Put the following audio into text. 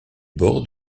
bords